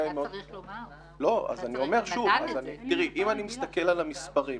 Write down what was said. אם אני מסתכל על המספרים